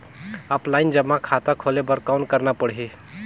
Offline जमा खाता खोले बर कौन करना पड़ही?